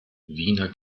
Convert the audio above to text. wiener